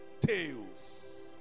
tales